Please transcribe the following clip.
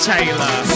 Taylor